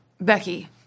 Becky